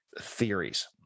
theories